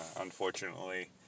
Unfortunately